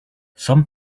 some